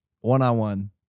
One-on-one